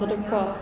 betul betul